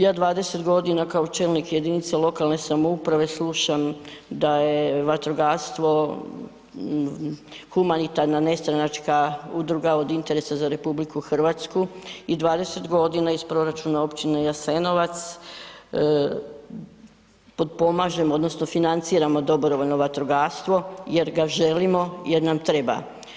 Ja 20.g. kao čelnik jedinice lokalne samouprave slušam da je vatrogastvo humanitarna nestranačka udruga od interesa za RH i 20.g. iz proračuna općine Jasenovac potpomažemo odnosno financiramo dobrovoljno vatrogastvo jer ga želimo, jer ga trebamo.